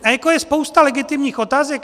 A jako je spousta legitimních otázek.